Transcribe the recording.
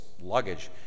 luggage